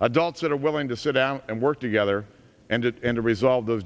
adults that are willing to sit down and work together and it and resolve those